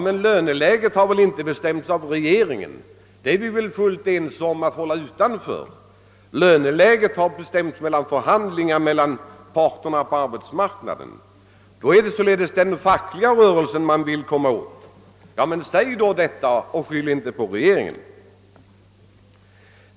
Men löneläget har väl inte bestämts av regeringen, och vi är väl fullt eniga om att hålla regeringen utanför härvidlag. Löneläget har ju bestämts vid förhandlingar mellan arbetsmarknadens parter. Då är det således den fackliga rörelsen oppositionen vill komma åt, men i så fall skall den säga detta och inte skylla på regeringen.